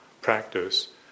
practice